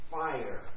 fire